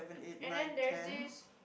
and then there's this